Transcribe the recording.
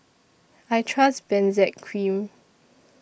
I Trust Benzac Cream